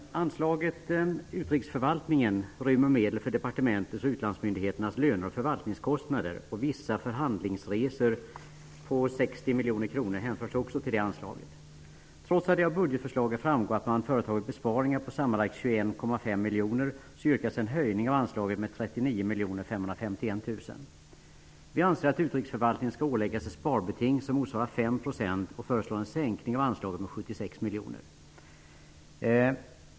Anslaget Utrikesförvaltningen m.m. rymmer medel till departementets och utlandsmyndigheternas löner och förvaltningskostnader, och kostnader för vissa förhandlingsresor på 60 miljoner kronor hänförs också till det anslaget. Trots att det av budgetförslaget framgår att man har företagit besparingar på sammanlagt 21,5 miljoner yrkas det nu på en höjning av anslaget med 39 551 000 kr. Vi anser att utrikesförvaltningen bör åläggas sparbeting som motsvarar 5 % och föreslår en sänkning av anslaget med 76 miljoner.